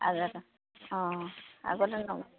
আজাদ অঁ আগতে নহয়